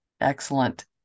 Excellent